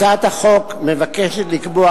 הצעת החוק מבקשת לקבוע